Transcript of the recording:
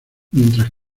mientras